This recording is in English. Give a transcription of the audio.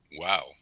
Wow